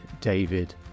David